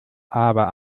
aber